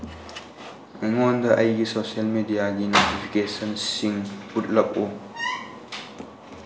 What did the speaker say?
ꯑꯩꯉꯣꯟꯗ ꯑꯩꯒꯤ ꯁꯣꯁꯤꯌꯦꯜ ꯃꯦꯗꯤꯌꯥꯒꯤ ꯅꯣꯇꯤꯐꯤꯀꯦꯁꯟꯁꯤꯡ ꯎꯠꯂꯛꯎ